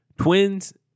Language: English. Twins